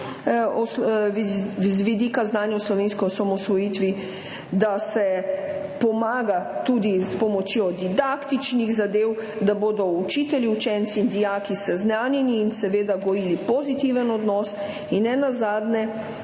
z vidika znanja o slovenski osamosvojitvi, da se pomaga tudi s pomočjo didaktičnih zadev, da bodo učitelji, učenci in dijaki seznanjeni in seveda gojili pozitiven odnos in nenazadnje